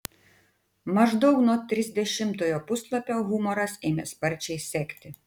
maždaug nuo trisdešimtojo puslapio humoras ėmė sparčiai sekti